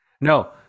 no